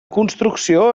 construcció